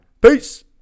Peace